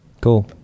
cool